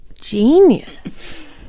genius